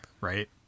right